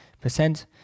percent